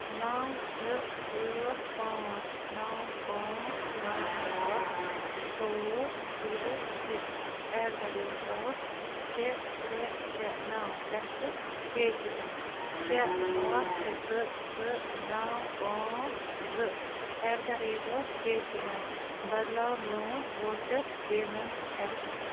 نَو زٕ ٲٹھ پانٛژھ نَو پانٛژھ نَو اکھ ژور زیٖرو ترٛےٚ ایٹ دَ ریٹ آف شےٚ ترٛےٚ ترٛےٚ نَو پٮ۪ٹھٕ پے ٹی اٮ۪م شےٚ اکھ زٕ زٕ نَو پانٛژھ زٕ at the rate of Paytm بدلاو میون ووچَر پیمٮ۪نٛٹ اٮ۪ڈرَس